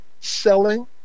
selling